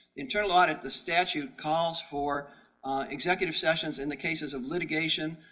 internal audit the statute calls for executive sessions in the cases of litigation,